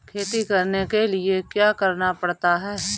खेती करने के लिए क्या क्या करना पड़ता है?